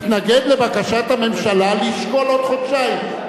התנגד לבקשת הממשלה לשקול עוד חודשיים.